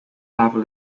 level